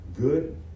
good